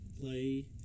play